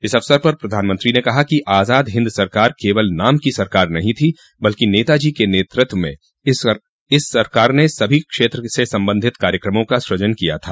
इस अवसर पर प्रधानमंत्री ने कहा कि आजाद हिंद सरकार केवल नाम की सरकार नहीं थी बल्कि नेताजी के नेतृत्व में इस सरकार ने सभी क्षेत्र से संबंधित कार्यक्रमों का सूजन किया था